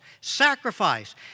sacrifice